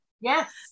yes